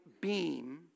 beam